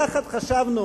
יחד חשבנו